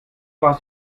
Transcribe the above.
warst